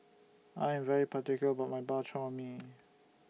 I Am particular about My Bak Chor Mee